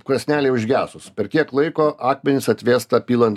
krosnelei užgesus per kiek laiko akmenys atvėsta pilant